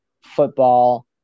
football